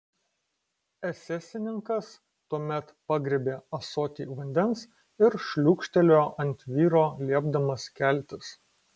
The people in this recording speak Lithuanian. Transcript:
esesininkas tuomet pagriebė ąsotį vandens ir šliūkštelėjo ant vyro liepdamas keltis